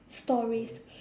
stories